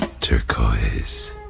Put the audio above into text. turquoise